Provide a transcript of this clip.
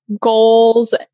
goals